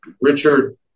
richard